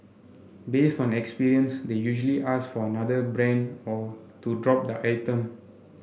based on experience they usually ask for another brand or to drop the item